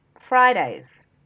Fridays